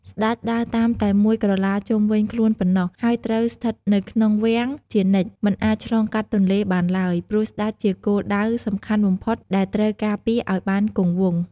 ស្តេច ដើរបានតែមួយក្រឡាជុំវិញខ្លួនប៉ុណ្ណោះ ហើយត្រូវស្ថិតនៅក្នុង វាំង ជានិច្ច មិនអាចឆ្លងកាត់ទន្លេបានឡើយ ព្រោះស្តេចជាគោលដៅសំខាន់បំផុតដែលត្រូវការពារឱ្យបានគង់វង្ស។